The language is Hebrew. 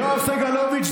יואב סגלוביץ',